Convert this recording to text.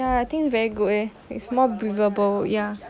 ya I think very good leh it's more breathable ya